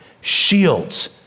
shields